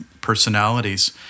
personalities